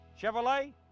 Chevrolet